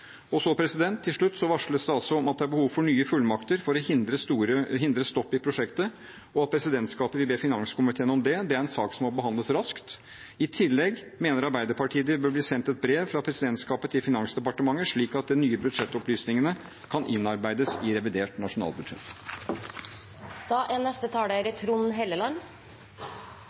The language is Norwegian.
Til slutt varsles det om at det er behov for nye fullmakter for å hindre stopp i prosjektet, og at presidentskapet vil be finanskomiteen om det. Det er en sak som må behandles raskt I tillegg mener Arbeiderpartiet at det bør bli sendt et brev fra presidentskapet til Finansdepartementet, slik at de nye budsjettopplysningene kan innarbeides i revidert nasjonalbudsjett.